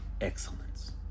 excellence